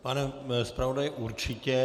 Pane zpravodaji, určitě.